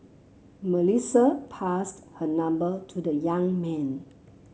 Melissa passed her number to the young man